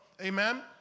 Amen